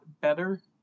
better